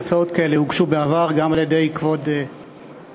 הצעות כאלה הוגשו בעבר גם על-ידי כבוד היושב-ראש.